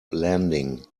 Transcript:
landing